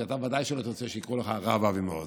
כי אתה ודאי שלא תרצה שיקראו לך הרב אבי מעוז,